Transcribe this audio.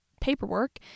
paperwork